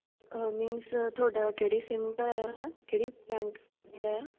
means ਤੁਹਾਡਾ ਕਿਹੜੇ SIM ਦਾ ਆ ਕਿਹੜੇ